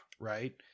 right